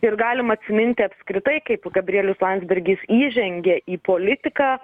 ir galima atsiminti apskritai kaip gabrielius landsbergis įžengė į politiką